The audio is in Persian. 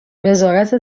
وزارت